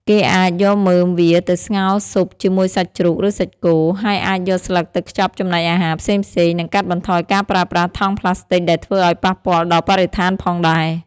គេអាចយកមើមវាទៅស្ងោរស៊ុបជាមួយសាច់ជ្រូក ឬសាច់គោ ហើយអាចយកស្លឹកទៅខ្ចប់ចំណីអាហារផ្សេងៗ និងកាត់បន្ថយការប្រើប្រាស់ថង់ប្លាស្ទិកដែលធ្វើឲ្យប៉ះពាល់ដល់បរិស្ថានផងដែរ ។